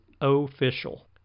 official